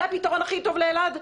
זה הפתרון הכי טוב לאלעד,